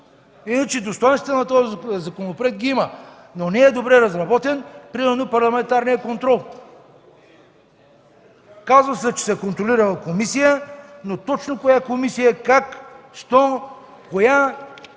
Иначе достойнствата на този законопроект ги има, но не е добре разработен, примерно, парламентарният контрол. Казва се, че се контролира от комисия, но точно коя комисия и как изобщо